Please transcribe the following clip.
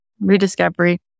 rediscovery